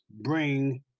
bring